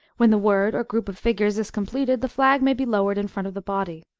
when the word, or group of figures, is completed, the flag may be lowered in front of the body.